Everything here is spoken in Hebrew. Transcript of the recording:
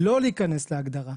לא להיכנס להגדרה,